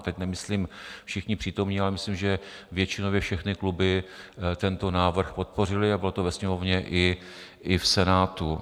Teď nemyslím všichni přítomní, ale myslím, že většinově všechny kluby tento návrh podpořily, a bylo to ve Sněmovně i v Senátu.